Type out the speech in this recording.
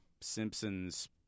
Simpsons